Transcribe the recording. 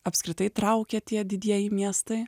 apskritai traukia tie didieji miestai